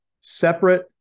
separate